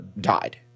died